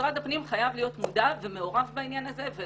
משרד הפנים חייב להיות מודע ומעורב בעניין הזה.